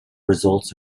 results